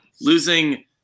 Losing